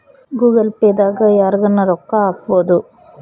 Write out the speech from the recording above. Google Pay ದಾಗ ಯರ್ಗನ ರೊಕ್ಕ ಹಕ್ಬೊದು